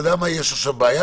יש עכשיו בעיה,